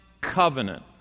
covenant